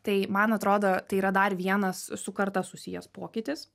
tai man atrodo tai yra dar vienas su karta susijęs pokytis